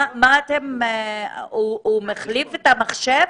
הוא מחליף את המחשב?